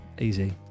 Easy